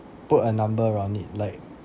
put a number around it like